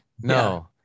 No